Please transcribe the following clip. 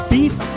Beef